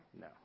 no